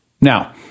now